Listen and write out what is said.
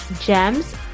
gems